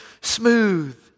smooth